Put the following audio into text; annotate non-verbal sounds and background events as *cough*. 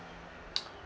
*noise*